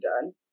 done